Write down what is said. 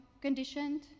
conditioned